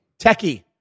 techie